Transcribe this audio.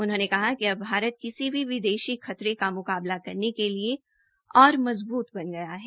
उन्होंने कहा कि अब भारत किसी भी विदेशी खतरे का मुकाबला करने के लिए और मजबूत बना गया है